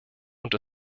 und